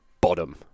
bottom